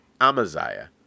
Amaziah